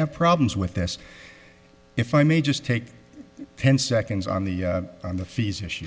have problems with this if i may just take ten seconds on the on the fees issue